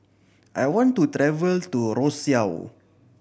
I want to travel to Roseau